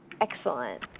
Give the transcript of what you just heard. Excellent